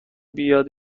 بیاد